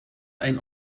ein